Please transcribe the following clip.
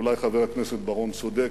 אולי חבר הכנסת בר-און צודק,